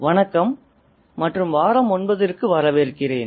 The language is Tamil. வணக்கம் மற்றும் வாரம் 9ற்கு வரவேற்கிறேன்